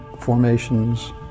formations